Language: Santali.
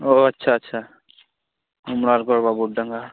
ᱚ ᱟᱪᱪᱷᱟ ᱟᱪᱪᱷᱟ ᱚᱢᱲᱟᱨᱜᱚᱲ ᱵᱟᱵᱩᱨᱰᱟᱸᱜᱟ